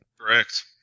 Correct